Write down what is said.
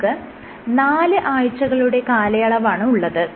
നമുക്ക് നാല് ആഴ്ചകളുടെ കാലയളവാണ് ഉള്ളത്